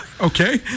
Okay